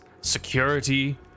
security